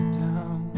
down